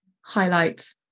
highlight